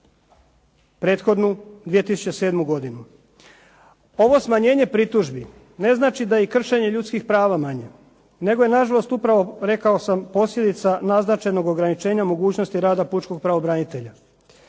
prethodnu 2007. godinu. Ovo smanjenje pritužbi ne znači da je i kršenje ljudskih prava manje, nego je nažalost upravo rekao sam posljedica naznačenog ograničenja mogućnosti rada pučkog pravobranitelja.